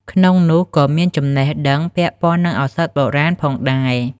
ក្នុងនោះ ក៏មានចំណេះដឹងពាក់ព័ន្ធនឹងឱសថបុរាណផងដែរ។